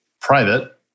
private